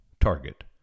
target